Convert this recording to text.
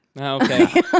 Okay